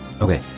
okay